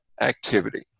activity